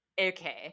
Okay